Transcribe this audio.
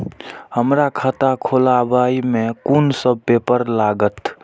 हमरा खाता खोलाबई में कुन सब पेपर लागत?